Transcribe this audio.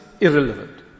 irrelevant